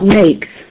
makes